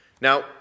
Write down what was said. now